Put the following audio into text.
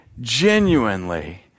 genuinely